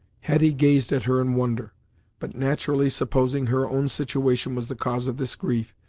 hetty gazed at her in wonder but naturally supposing her own situation was the cause of this grief,